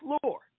floor